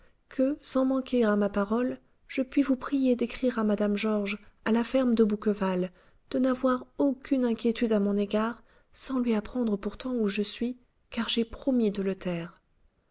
que sans manquer à ma parole je puis vous prier d'écrire à mme georges à la ferme de bouqueval de n'avoir aucune inquiétude à mon égard sans lui apprendre pourtant où je suis car j'ai promis de le taire